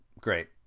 Great